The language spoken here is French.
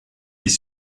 les